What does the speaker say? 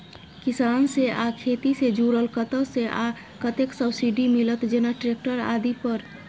किसान से आ खेती से जुरल कतय से आ कतेक सबसिडी मिलत, जेना ट्रैक्टर आदि पर?